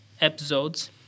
episodes